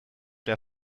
der